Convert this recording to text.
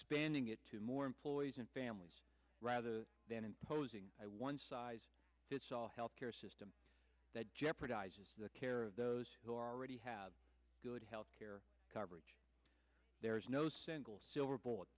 expanding it to more employees and families rather than imposing one size fits all health care system that jeopardizes the care of those who already have good health care coverage there is no single silver b